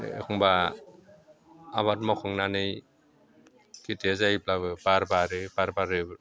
एखनबा आबाद मावखांनानै खथिया जायोब्लाबो बार बारो